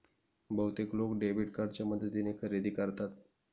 बहुतेक लोक डेबिट कार्डच्या मदतीने खरेदी करतात